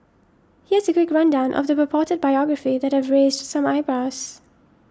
here's a quick rundown of the purported biography that have raised some eyebrows